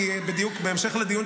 כי בהמשך לדיון,